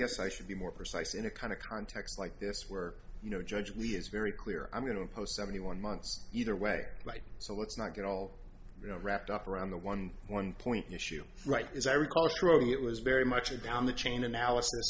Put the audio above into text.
guess i should be more precise in a kind of context like this where you know judge lee is very clear i'm going to impose seventy one months either way so let's not get all you know wrapped up around the one one point issue right as i recall it was very much a down the chain analysis